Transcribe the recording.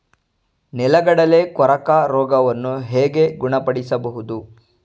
ನೆಲಗಡಲೆ ಕೊರಕ ರೋಗವನ್ನು ಹೇಗೆ ಗುಣಪಡಿಸಬಹುದು?